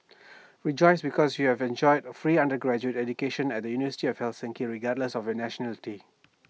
rejoice because you have enjoy free undergraduate education at the university of Helsinki regardless of your nationality